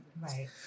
Right